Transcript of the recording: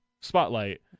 spotlight